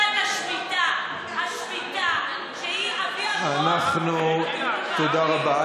שנת השמיטה, השמיטה, שהיא אבי-אבות, תודה רבה.